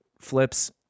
flips